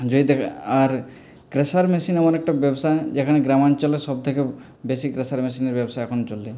যদি দেখা আর ক্রাশার মেশিন এমন একটা ব্যবসা যেখানে গ্রামাঞ্চলে সবথেকে বেশি ক্রাশার মেশিনের ব্যবসা এখন চলে